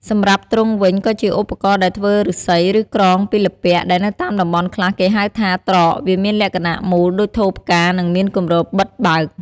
សម្រាប់ទ្រុងវិញក៏ជាឧបករណ៍ដែលធ្វើឫស្សី ឬក្រងពីល្ពាក់ដែលនៅតាមតំបន់ខ្លះគេហៅថា ត្រក វាមានលក្ខណៈមូលដូចថូផ្កានិងមានគម្របបិទបើក។